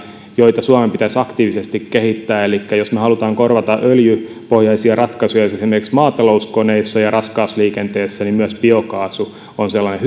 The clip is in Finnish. joita suomen pitäisi aktiivisesti kehittää elikkä jos me haluamme korvata öljypohjaisia ratkaisuja esimerkiksi maatalouskoneissa ja raskaassa liikenteessä niin myös biokaasu on sellainen